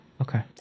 Okay